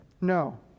No